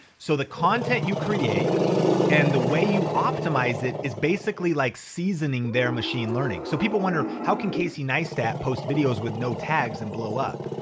so the content you create and the way you optimize it is basically like seasoning their machine learning. so people wonder, how can casey neistat post videos with no tags and blow up?